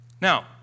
Now